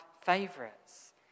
favorites